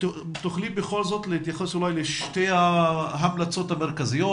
תוכלי בכל זאת להתייחס לשתיים-שלוש המלצות המרכזיות